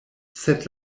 sed